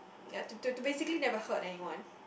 ya to to to basically never hurt anyone